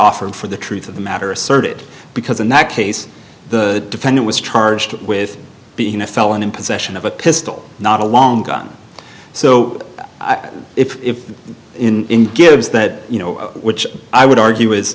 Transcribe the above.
offered for the truth of the matter asserted because in that case the defendant was charged with being a felon in possession of a pistol not a long gun so if in gives that you know which i would argue